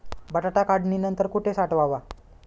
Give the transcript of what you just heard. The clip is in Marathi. बटाटा काढणी नंतर कुठे साठवावा?